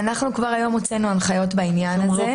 כבר היום הוצאנו הנחיות בעניין הזה,